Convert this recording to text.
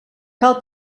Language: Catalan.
cal